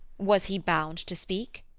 was he bound to speak?